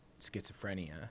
schizophrenia